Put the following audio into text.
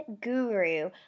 guru